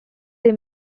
they